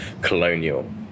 colonial